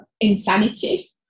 insanity